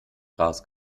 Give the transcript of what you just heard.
gras